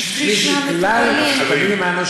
שליש מכלל התלמידים הנושרים,